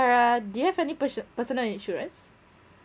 zarah do you have any person personal insurance